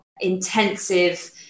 intensive